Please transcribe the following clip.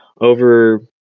over